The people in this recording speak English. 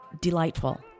delightful